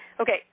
Okay